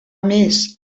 més